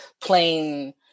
plain